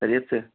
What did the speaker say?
کرریب سےر